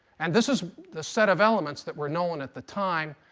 and this is the set of elements that were known at the time.